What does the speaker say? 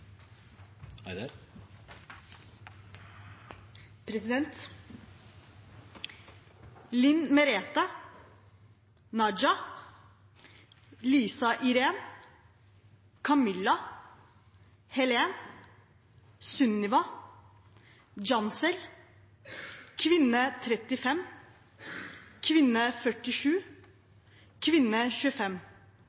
Linn Merete, Najah, Lisa Iren, Camilla, Helen, Sunniva, Cansel, kvinne 35, kvinne 47,